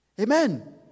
Amen